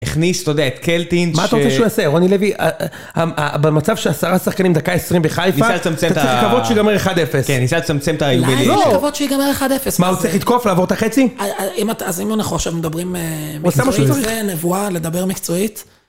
הכניס, אתה יודע, את קלטינס ש… מה אתה רוצה שהוא יעשה? רוני לוי, במצב שעשרה שחקנים דקה עשרים בחיפה, אתה צריך לקוות שיגמר 1-0. כן, ניסה לצמצם את ה... לא! אולי לקוות שיגמר 1-0. מה, הוא צריך לתקוף, לעבור את החצי? אז אם אנחנו עכשיו מדברים מקצועית. הוא עשה מה שהוא צריך. זה נבואה לדבר מקצועית?